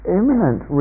imminent